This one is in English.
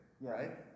right